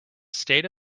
state